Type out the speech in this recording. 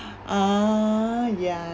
ah yeah